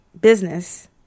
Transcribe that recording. business